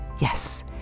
Yes